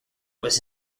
was